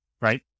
right